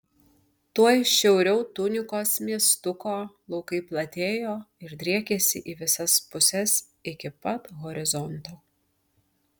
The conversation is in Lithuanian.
tuoj šiauriau tunikos miestuko laukai platėjo ir driekėsi į visas puses iki pat horizonto